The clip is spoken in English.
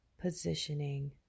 positioning